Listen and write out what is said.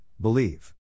believe